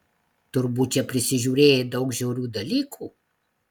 turbūt čia prisižiūrėjai daug žiaurių dalykų